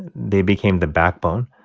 they became the backbone,